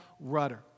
rudder